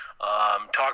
talk